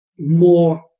More